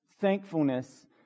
thankfulness